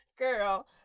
Girl